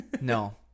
no